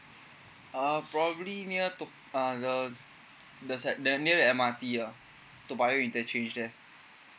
err probably near toa uh the the side the near the M_R_T ah toa payoh interchange there